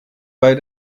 bei